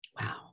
Wow